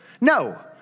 no